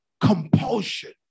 Compulsion